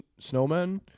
snowmen